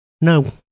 No